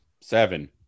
Seven